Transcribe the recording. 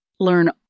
Learn